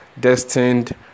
Destined